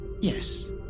Yes